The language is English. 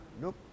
Nope